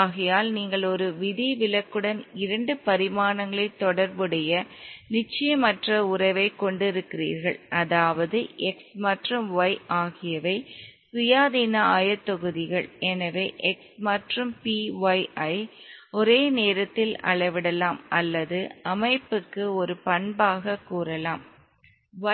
ஆகையால் நீங்கள் ஒரு விதிவிலக்குடன் இரண்டு பரிமாணங்களில் தொடர்புடைய நிச்சயமற்ற உறவைக் கொண்டிருக்கிறீர்கள் அதாவது x மற்றும் y ஆகியவை சுயாதீன ஆயத்தொகுதிகள் எனவே x மற்றும் p y ஐ ஒரே நேரத்தில் அளவிடலாம் அல்லது அமைப்புக்கு ஒரு பண்பாகக் கூறலாம்